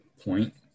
point